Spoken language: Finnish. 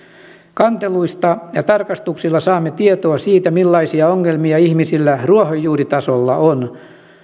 kanteluista ja tarkastuksilla saamme tietoa siitä millaisia ongelmia ihmisillä ruohonjuuritasolla on